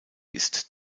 ist